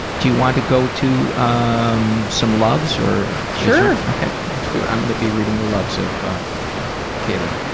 do you want to go to ah um some loves or patricia sure. okay. let's do it. i'm going to be reading the loves of kaylee.